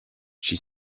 she